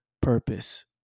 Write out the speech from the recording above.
purpose